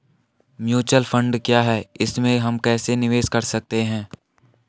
Mutual fund क्या है इसमें हम कैसे निवेश कर सकते हैं?